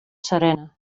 serena